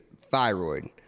thyroid